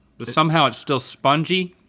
but somehow it's still spongy